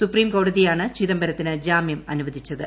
സൂപ്രീംകോടതിയാണ് ചിദ്രംബർത്തിന് ജാമ്യം അനുവദിച്ചത്